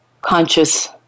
conscious